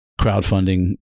crowdfunding